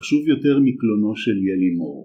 חשוב יותר מקלונו של ילימור.